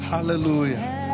hallelujah